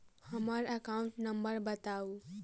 हम्मर account number बताऊ?